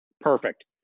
perfect